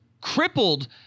crippled